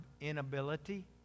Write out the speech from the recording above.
inability